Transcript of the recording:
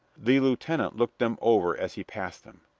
the lieutenant looked them over as he passed them.